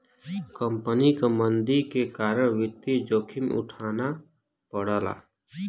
company क मंदी के कारण वित्तीय जोखिम उठाना पड़ला